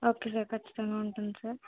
okay sir ఖచ్చితంగా ఉంటుంది sir